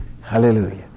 Hallelujah